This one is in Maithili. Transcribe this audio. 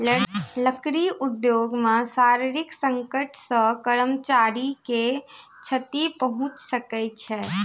लकड़ी उद्योग मे शारीरिक संकट सॅ कर्मचारी के क्षति पहुंच सकै छै